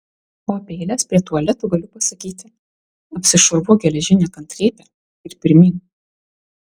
o apie eiles prie tualetų galiu pasakyti apsišarvuok geležine kantrybe ir pirmyn